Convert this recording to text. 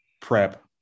prep